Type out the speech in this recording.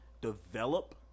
develop